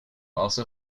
also